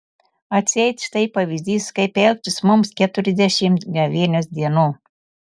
atseit štai pavyzdys kaip elgtis mums keturiasdešimt gavėnios dienų